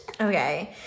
Okay